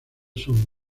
son